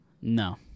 No